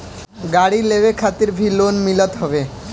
गाड़ी लेवे खातिर भी लोन मिलत हवे